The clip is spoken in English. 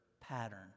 pattern